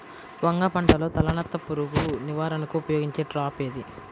వంగ పంటలో తలనత్త పురుగు నివారణకు ఉపయోగించే ట్రాప్ ఏది?